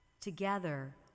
Together